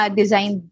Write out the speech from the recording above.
design